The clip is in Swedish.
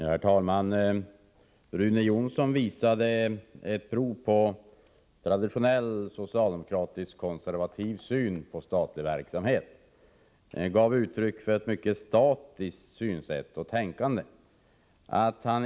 Herr talman! Rune Jonsson visade prov på traditionell socialdemokratisk konservativ syn på statlig verksamhet. Han gav uttryck för ett mycket statiskt synsätt och tänkande.